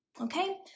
Okay